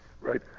Right